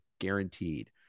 guaranteed